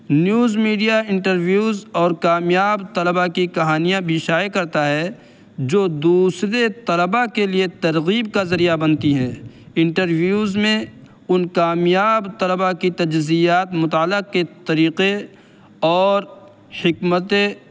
news media interviews اور کامیاب طلباء کی کہانیاں بھی شائع کرتا ہے جو دوسرے طلباء کے لیے ترغیب کا ذریعہ بنتی ہے انٹرویوز میں ان کامیاب طلباء کی تجزیات مطالعہ کے طریقے اور حکمت